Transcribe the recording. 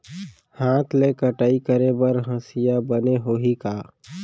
हाथ ले कटाई करे बर हसिया बने होही का?